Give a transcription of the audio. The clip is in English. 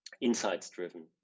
insights-driven